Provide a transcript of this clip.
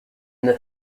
the